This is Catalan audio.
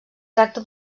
tracta